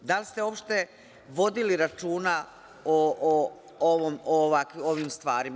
Da li ste uopšte vodili računa o ovim stvarima.